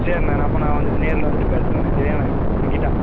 சேரிண்ண நான் அப்போ நான் வந்துட்டு நேரில் வந்துட்டு பேசுறண்ணா சரியாண்ண வைக்கட்டா